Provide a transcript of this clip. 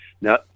Now